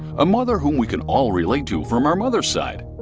a mother whom we could all relate to from our mother's side.